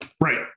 Right